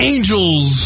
Angels